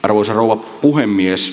arvoisa rouva puhemies